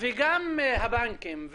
וגם הבנקים,